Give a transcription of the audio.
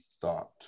thought